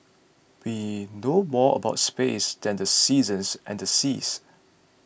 we know more about space than the seasons and the seas